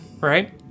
right